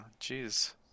jeez